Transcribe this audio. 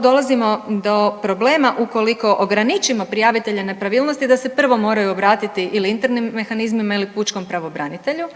dolazimo do problema ukoliko ograničimo prijavitelja nepravilnosti da se prvo moraju obratiti ili internim mehanizmima ili pučkom pravobranitelju,